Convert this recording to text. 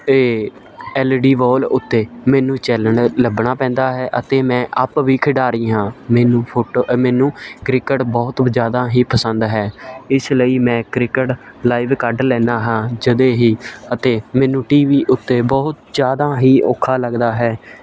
ਇਹ L E D wall ਉੱਤੇ ਮੈਨੂੰ ਚੈਨਲ ਲੱਭਣਾ ਪੈਂਦਾ ਹੈ ਅਤੇ ਮੈਂ ਆਪ ਵੀ ਖਿਡਾਰੀ ਹਾਂ ਮੈਨੂੰ ਫੁੱਟ ਅ ਮੈਨੂੰ ਕ੍ਰਿਕਟ ਬਹੁਤ ਜ਼ਿਆਦਾ ਹੀ ਪਸੰਦ ਹੈ ਇਸ ਲਈ ਮੈਂ ਕ੍ਰਿਕਟ ਲਾਈਵ ਕੱਢ ਲੈਂਦਾ ਹਾਂ ਜਦੇ ਹੀ ਅਤੇ ਮੈਨੂੰ ਟੀ ਵੀ ਉੱਤੇ ਬਹੁਤ ਜ਼ਿਆਦਾ ਹੀ ਔਖਾ ਲੱਗਦਾ ਹੈ